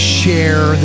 share